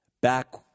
Back